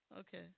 Okay